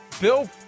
Bill